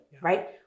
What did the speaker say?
right